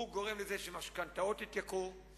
הוא גורם לזה שמשכנתאות יתייקרו,